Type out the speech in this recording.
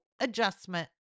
adjustment